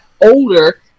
older